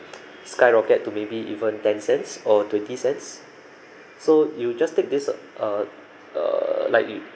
skyrocket to maybe even ten cents or twenty cents so you just take this err err lightly